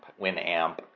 Winamp